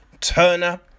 Turner